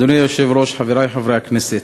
אדוני היושב-ראש, חברי חברי הכנסת,